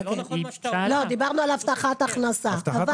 לא, דיברנו על הבטחת הכנסה.